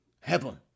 Heaven